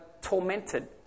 tormented